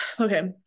Okay